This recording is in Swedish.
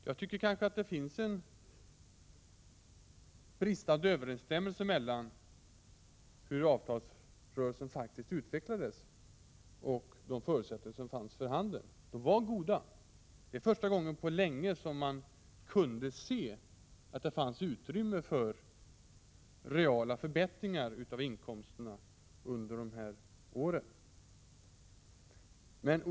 Det kan finnas en bristande överensstämmelse mellan hur avtalsrörelsen faktiskt utvecklades och de förutsättningar som fanns för handen — de var goda. Det var första gången på länge som man kunde se att det fanns ett utrymme för reala förbättringar av inkomsterna för de år förhandlingarna gällde.